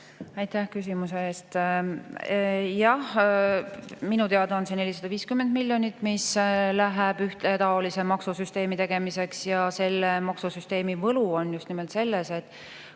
Aitäh küsimuse eest! Jah, minu teada on see 450 miljonit, mis läheb ühetaolise maksusüsteemi tegemiseks. Selle maksusüsteemi võlu on just nimelt selles, et